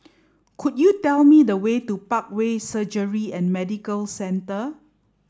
could you tell me the way to Parkway Surgery and Medical Centre